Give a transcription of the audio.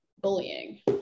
bullying